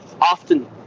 Often